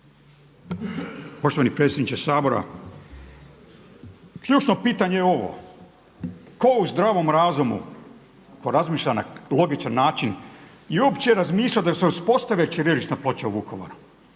Poštovani predsjedniče Sabora, ključno pitanje je ovo tko u zdravom razumu ko razmišlja na logičan način i opće razmišlja da se uspostave ćirilične ploče u Vukovaru.